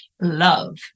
love